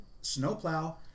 snowplow